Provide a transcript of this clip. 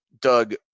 doug